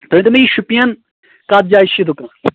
تُہی ؤنۍ تو مےٚ یہِ شوپین کَتھ جایہِ چھُ یہِ دُکان